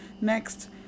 Next